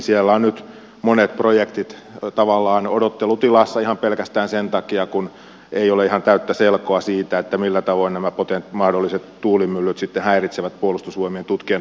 siellä ovat nyt monet projektit tavallaan odottelutilassa ihan pelkästään sen takia kun ei ole ihan täyttä selkoa siitä millä tavoin nämä mahdolliset tuulimyllyt sitten häiritsevät puolustusvoimien tutkien toimintaa